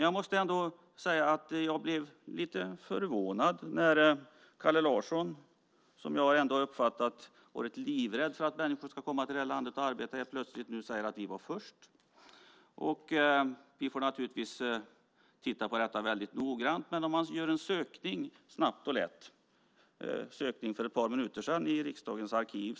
Jag måste ändå säga att jag blev lite förvånad när Kalle Larsson, som jag har uppfattat som livrädd för att människor ska komma till det här landet och arbeta, nu helt plötsligt säger att de var först. Vi får naturligtvis titta på detta noggrant. Jag gjorde ändå en sökning snabbt och lätt för ett par minuter sedan i riksdagens arkiv.